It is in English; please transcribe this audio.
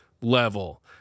level